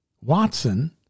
Watson